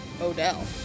Odell